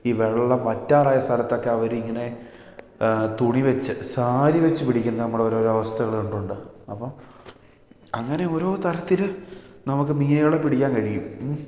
ഈ വെള്ളം വറ്റാറായ സ്ഥലത്ത് ഒക്കെ അവർ ഇങ്ങനെ തുണി വെച്ച് സാരി വെച്ച് പിടിക്കുന്ന നമ്മൾ ഓരോരോ അവസ്ഥകൾ കണ്ടിട്ടുണ്ട് അപ്പം അങ്ങനെ ഓരോ തരത്തിൽ നമുക്ക് മീനുകളെ പിടിക്കാൻ കഴിയും